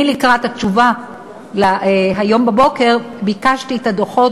לקראת התשובה היום בבוקר ביקשתי את הדוחות,